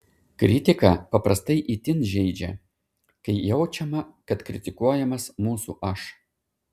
kritika paprastai itin žeidžia kai jaučiama kad kritikuojamas mūsų aš